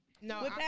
No